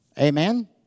Amen